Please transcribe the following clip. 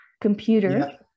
computer